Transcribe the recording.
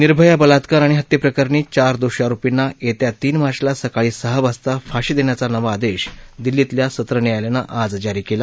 निर्भया बलात्कार अणि हत्येप्रकरणी चार दोषी आरोपींना येत्या तीन मार्चला सकाळी सहा वाजता फाशी देण्याचा नवा आदेश दिल्लीतल्या सत्र न्यायालयानं आज जारी केला